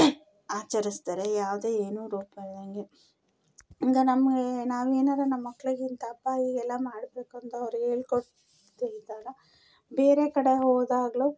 ಆಚರಿಸ್ತಾರೆ ಯಾವುದೇ ಏನು ಡೌಟ್ ಬರ್ದಂಗೆ ಈಗ ನಮಗೆ ನಾವು ಏನಾರ ನಮ್ಮ ಮಕ್ಕಳಿಗೆ ಇಂಥ ಹಬ್ಬ ಹೀಗೆಲ್ಲ ಮಾಡಬೇಕು ಅಂತ ಅವ್ರಿಗೆ ಹೇಳ್ಕೊಡ್ದೆ ಇದ್ದಾಗ ಬೇರೆ ಕಡೆ ಹೋದಾಗಲೂ